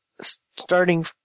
starting